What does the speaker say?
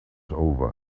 over